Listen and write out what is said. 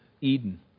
Eden